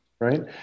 right